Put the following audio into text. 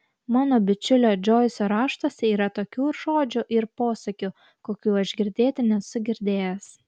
mano bičiulio džoiso raštuose yra tokių žodžių ir posakių kokių aš girdėti nesu girdėjęs